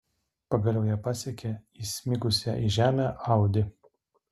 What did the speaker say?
pagaliau jie pasiekė įsmigusią į žemę audi